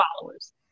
followers